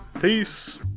peace